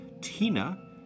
Tina